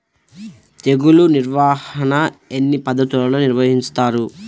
తెగులు నిర్వాహణ ఎన్ని పద్ధతులలో నిర్వహిస్తారు?